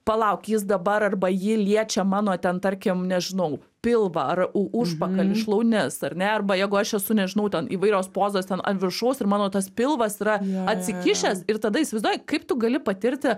palauk jis dabar arba ji liečia mano ten tarkim nežinau pilvą ar u užpakalį šlaunis ar ne arba jeigu aš esu nežinau ten įvairios pozos ten ant viršaus ir mano tas pilvas yra atsikišęs ir tada įsivaizduoji kaip tu gali patirti